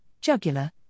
jugular